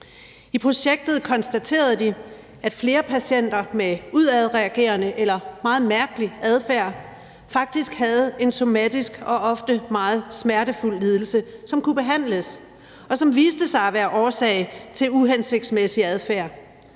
I projektet konstaterede de, at flere patienter med udadreagerende eller meget mærkelig adfærd faktisk havde en somatisk og ofte meget smertefuld lidelse, som kunne behandles, og som viste sig at være årsag til uhensigtsmæssig adfærd.